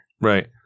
Right